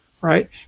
right